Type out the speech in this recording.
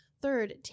Third